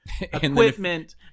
Equipment